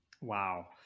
Wow